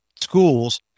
schools